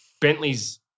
Bentley's